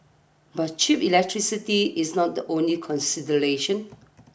but cheap electricity is not the only consideration